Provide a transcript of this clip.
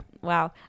Wow